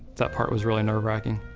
that part was really nerve-wracking.